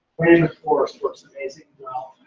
and forest works amazingly well.